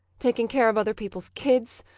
taking care of other people's kids,